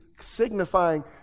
signifying